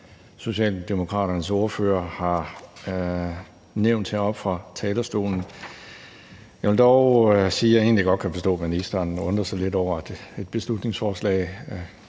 Socialdemokraternes ordfører har nævnt heroppe fra talerstolen. Jeg vil dog sige, at jeg egentlig godt kan forstå, at ministeren undrer sig lidt over, at et beslutningsforslag